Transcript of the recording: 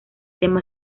tema